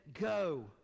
go